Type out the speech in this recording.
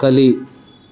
ಕಲಿ